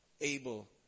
able